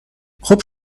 خوب